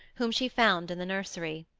whom she found in the nursery.